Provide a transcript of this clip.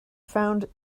found